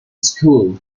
school